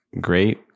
great